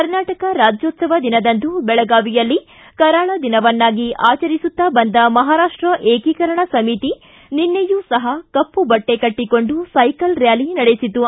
ಕರ್ನಾಟಕ ರಾಜ್ಯೋತ್ಸವ ದಿನದಂದು ಬೆಳಗಾವಿಯಲ್ಲಿ ಕರಾಳ ದಿನವನ್ನಾಗಿ ಆಚರಿಸುತ್ತ ಬಂದ ಮಹಾರಾಷ್ಟ ಏಕೀಕರಣ ಸಮಿತಿ ನಿನ್ನೆಯೂ ಸಹ ಕಪ್ಪು ಬಟ್ಟೆ ಕಟ್ಟಕೊಂಡು ಸೈಕಲ್ ರ್ಕಾಲಿ ನಡೆಸಿತು